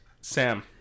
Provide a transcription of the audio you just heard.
Sam